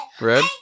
Red